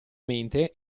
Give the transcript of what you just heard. mente